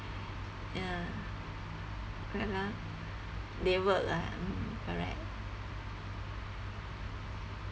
ya ya lor they work ah correct